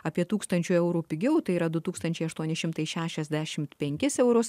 apie tūkstačių eurų pigiau tai yra du tūkstančiai aštuoni šimtai šešiasdešim penkis eurus